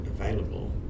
available